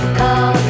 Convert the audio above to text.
call